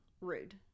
Rude